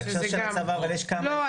בהקשר של הצבא אבל יש כמה --- לא,